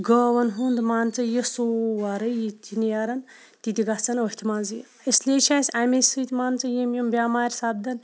گٲوَن ہُنٛد مان ژٕ یہِ سورٕے یِتہِ نیران تِتہِ گَژھان أتھۍ مَنٛزٕے اِسلیے چھِ اَسہِ امے سۭتۍ مان ژٕ یِم یِم بیٚمارِ سَپدان